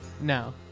No